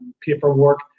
paperwork